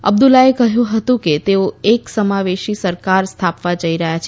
અબ્દુલ્લાએ કહ્યું હતું કે તેઓ એક સમાવેશી સરકાર સ્થાપવા જઇ રહયાં છે